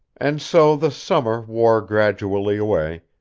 and so the summer wore gradually away,